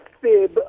fib